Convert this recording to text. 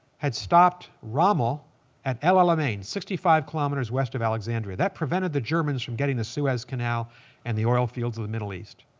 had stopped rommel at el alamein, sixty five kilometers west of alexandria. that prevented the germans from getting the suez canal and the oilfields of the middle east.